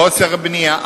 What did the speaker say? חוסר בנייה.